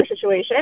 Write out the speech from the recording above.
situation